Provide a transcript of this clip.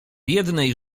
jednej